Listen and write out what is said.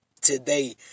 today